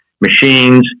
machines